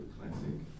Classic